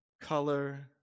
color